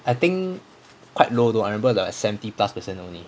I think quite low though I remember the seventy plus per cent only